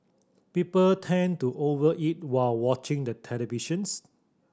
people tend to over eat while watching the televisions